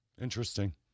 Interesting